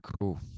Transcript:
Cool